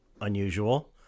unusual